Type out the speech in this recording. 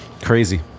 Crazy